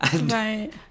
Right